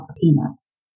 peanuts